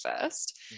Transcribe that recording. first